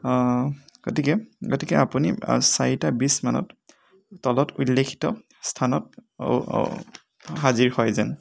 গতিকে গতিকে আপুনি চাৰিটা বিছ মানত তলত উল্লেখিত স্থানত হাজিৰ হয় যেন